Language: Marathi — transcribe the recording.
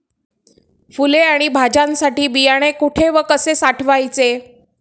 फुले आणि भाज्यांसाठी बियाणे कुठे व कसे साठवायचे?